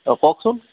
অঁ কওকচোন